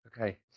Okay